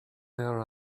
their